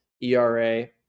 ERA